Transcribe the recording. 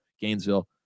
Gainesville